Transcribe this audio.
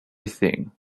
thing